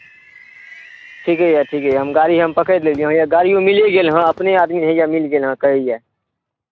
ठीके यए ठीके यए हम गाड़ी हम पकड़ि लेलहुँ हैया गाड़ियो मिलिए गेल हँ अपने आदमी हैया मिल गेल हँ कहैए